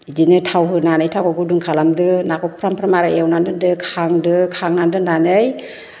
बिदिनो थाव होनानै थावखौ गुदुं खालामदो नाखौ फ्राम फ्राम आरो एवनाननै दोनदो खांदो खांनानै दोननानै